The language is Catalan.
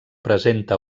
presenta